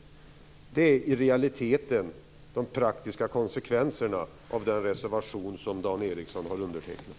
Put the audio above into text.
Det är i realiteten de praktiska konsekvenserna av den reservation som Dan Ericsson står bakom.